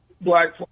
Black